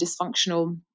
dysfunctional